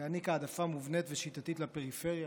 להעניק העדפה מובנית ושיטתית לפריפריה,